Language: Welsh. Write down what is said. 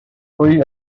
pwy